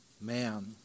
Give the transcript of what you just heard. man